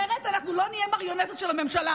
אחרת אנחנו לא נהיה מריונטות של הממשלה.